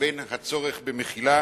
לבין הצורך במחילה.